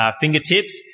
fingertips